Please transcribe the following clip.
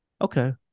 okay